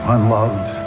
Unloved